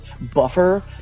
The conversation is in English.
buffer